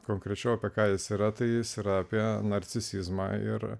konkrečiau apie ką jis yra tai jis yra apie narcisizmą yra